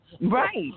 Right